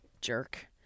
Jerk